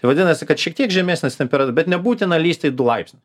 vadinasi kad šiek tiek žemesnės temper bet nebūtina lįsti į du laipsnius